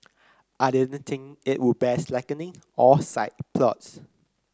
I didn't think it would bear slackening or side plots